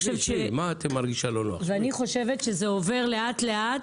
זה עובר לאט לאט,